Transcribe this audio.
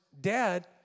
dad